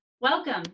Welcome